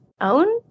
own